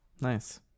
nice